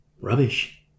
Rubbish